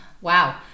wow